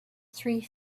three